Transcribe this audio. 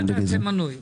אל תעשה מנוי.